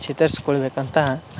ಚೇತರ್ಸ್ಕೊಳ್ಳಬೇಕಂತ